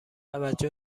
توجه